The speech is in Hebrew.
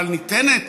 אבל ניתנת